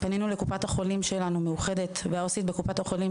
פנינו לקופת החולים שלנו, קופת חולים